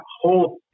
whole